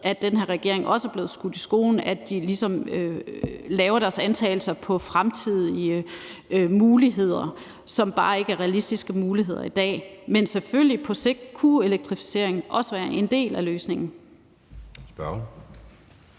som den her regering også er blevet skudt i skoene, nemlig at den ligesom laver sine antagelser på fremtidige muligheder, som bare ikke er realistiske muligheder i dag. Men selvfølgelig kunne elektrificering på sigt også være en del af løsningen.